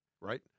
right